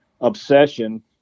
obsession